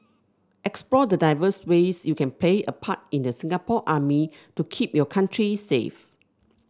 explore the diverse ways you can play a part in the Singapore Army to keep your country safe